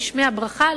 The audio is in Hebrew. גשמי הברכה,